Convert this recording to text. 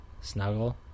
Snuggle